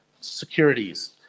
securities